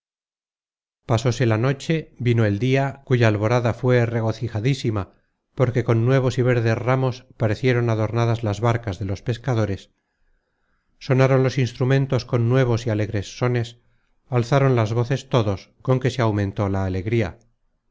aficiones pasóse la noche vino el dia cuya alborada fué regocijadísima porque con nuevos y verdes ramos parecieron adornadas las barcas de los pescadores sonaron los instrumentos con nuevos y alegres sones alzaron las voces todos con que se aumentó la alegría